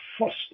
first